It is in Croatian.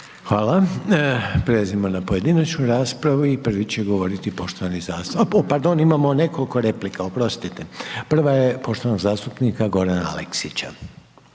Hvala. Prelazimo na pojedinačnu raspravu i prvi će govoriti, a pardon, imamo nekoliko replika, oprostite. Prva je poštovanog zastupnika Gorana Aleksića.